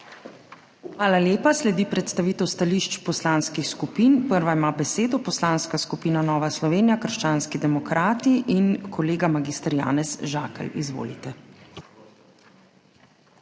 Hvala lepa. Sledi predstavitev stališč poslanskih skupin. Prva ima besedo Poslanska skupina Nova Slovenija – krščanski demokrati in kolega mag. Janez Žakelj. Izvolite.